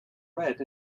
read